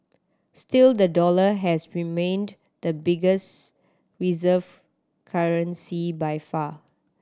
still the dollar has remained the biggest reserve currency by far